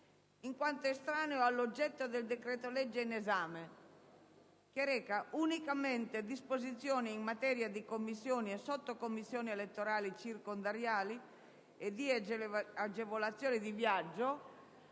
in quanto estraneo all'oggetto del decreto‑legge in esame che reca unicamente disposizioni in materia di commissioni e sottocommissioni elettorali circondariali e di agevolazioni di viaggio,